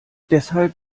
deshalb